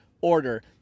order